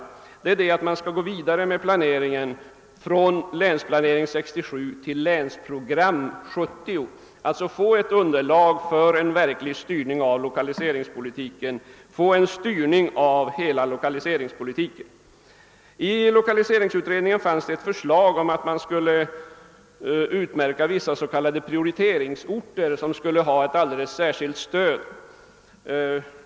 Jag syftar på uttalandet att man skall gå vidare med planeringen från länsplanering 1967 till länsprogram 1970, alltså skapa ett underlag för en verklig styrning av hela lokaliseringspolitiken. Lokaliseringsutredningens betänkande innehöll ett förslag om att man skulle utmärka vissa s.k. prioriteringsorter, vilka skulle erhålla ett särskilt kraftigt stöd.